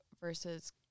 versus